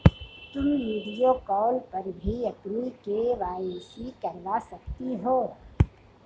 तुम video call पर भी अपनी के.वाई.सी करवा सकती हो